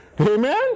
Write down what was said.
Amen